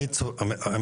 שלום לכולם,